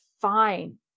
fine